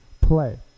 play